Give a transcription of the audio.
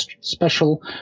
special